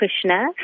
Krishna